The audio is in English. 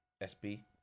SB